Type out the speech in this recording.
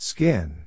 Skin